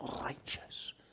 righteous